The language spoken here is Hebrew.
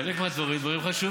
חלק מהדברים הם דברים חשובים.